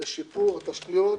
לשיפור התשתיות.